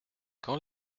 quand